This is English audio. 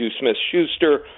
Smith-Schuster